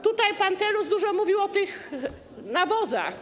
Tutaj pan Telus dużo mówił o nawozach.